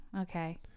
Okay